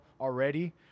already